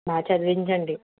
బాగా చదివించండి